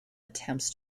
attempts